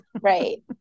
Right